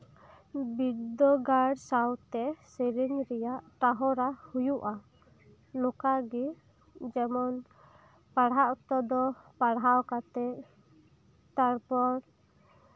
ᱵᱤᱨᱫᱟᱹᱜᱟᱲ ᱥᱟᱶᱛᱮ ᱥᱮᱹᱨᱮᱹᱧ ᱨᱮᱭᱟᱜ ᱴᱟᱨᱦᱟᱣ ᱦᱩᱭᱩᱜᱼᱟ ᱱᱚᱝᱠᱟ ᱜᱮ ᱡᱮᱢᱚᱱ ᱯᱟᱲᱦᱟᱜ ᱚᱠᱛᱚ ᱫᱚ ᱯᱟᱲᱦᱟᱣ ᱠᱟᱛᱮ ᱛᱟᱨᱯᱚᱨ